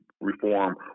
reform